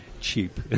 cheap